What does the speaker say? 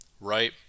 right